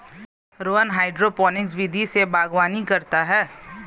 Rohan hydroponics विधि से बागवानी करता है